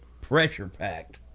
pressure-packed